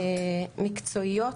מקצועיות,